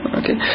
okay